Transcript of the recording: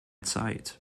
zeit